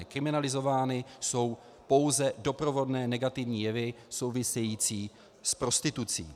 Kriminalizovány jsou pouze doprovodné negativní jevy související s prostitucí.